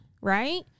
Right